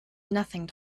nothing